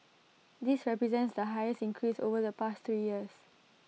this represents the highest increase over the past three years